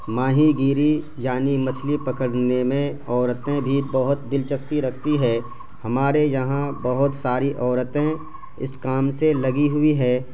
ماہی گیری یعنی مچھلی پکڑنے میں عورتیں بھی بہت دلچسپی رکھتی ہے ہمارے یہاں بہت ساری عورتیں اس کام سے لگی ہوئی ہے